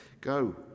Go